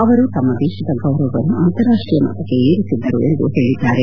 ಅವರು ತಮ್ನ ದೇಶದ ಗೌರವವನ್ನು ಅಂತಾರಾಷ್ವೀಯ ಮಟ್ಟಕ್ಕೆ ಏರಿಸಿದ್ದರು ಎಂದು ಹೇಳಿದ್ದಾರೆ